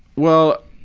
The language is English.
well,